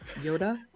yoda